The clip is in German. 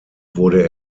wurde